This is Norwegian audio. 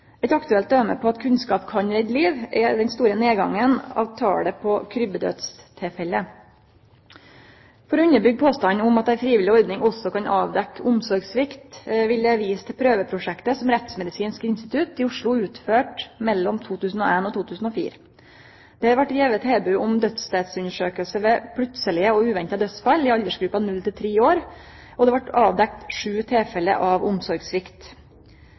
Eit aktuelt døme på at kunnskap kan redde liv, er den store nedgangen i talet på krybbedødstilfelle. For å underbyggje påstanden om at ei frivillig ordning også kan avdekkje omsorgssvikt, vil eg vise til prøveprosjektet som Rettsmedisinsk institutt i Oslo utførte mellom 2001 og 2004. Det vart gjeve tilbod om dødsstadsundersøking ved plutselege og uventa dødsfall i aldersgruppa 0–3 år, og det vart avdekt sju tilfelle av